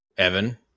Evan